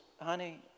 honey